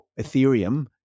ethereum